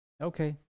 Okay